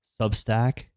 Substack